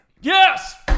Yes